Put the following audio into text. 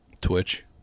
Twitch